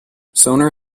sonar